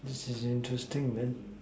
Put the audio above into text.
this is interesting man